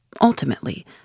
Ultimately